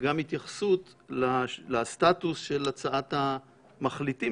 גם התייחסות לסטטוס של הצעת המחליטים